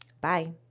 Bye